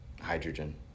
hydrogen